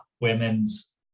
women's